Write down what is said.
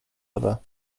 other